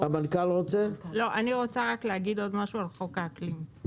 אני רוצה להגיד משהו על חוק האקלים,